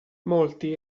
molti